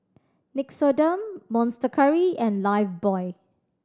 Nixoderm Monster Curry and Lifebuoy